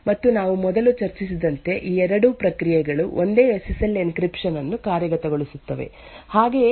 ಮತ್ತು ನಾವು ಮೊದಲು ಚರ್ಚಿಸಿದಂತೆ ಈ ಎರಡೂ ಪ್ರಕ್ರಿಯೆಗಳು ಒಂದೇ ಎಸ್ ಎಸ್ ಎಲ್ ಎನ್ಕ್ರಿಪ್ಶನ್ ಅನ್ನು ಕಾರ್ಯಗತಗೊಳಿಸುತ್ತವೆ ಹಾಗೆಯೇ ನಾವು ಕೋರ್ 1 ಮತ್ತು ಕೋರ್ 2 ಅನ್ನೂ ಊಹಿಸುತ್ತೇವೆ